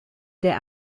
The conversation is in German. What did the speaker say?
der